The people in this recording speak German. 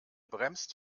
bremst